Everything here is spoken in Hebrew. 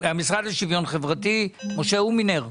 המשרד לשוויון חברתי, משה הומינר.